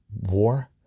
war